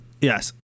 Yes